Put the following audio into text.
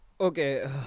Okay